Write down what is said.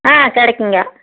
ஆ கிடைக்குங்க